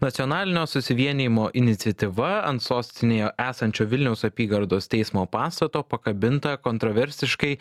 nacionalinio susivienijimo iniciatyva ant sostinėje esančio vilniaus apygardos teismo pastato pakabinta kontroversiškai